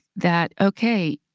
that, okay,